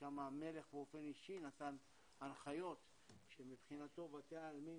ששם המלך באופן אישי נתן הנחיות שמבחינתו בתי העלמין